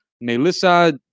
Melissa